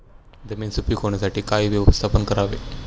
जमीन सुपीक होण्यासाठी काय व्यवस्थापन करावे?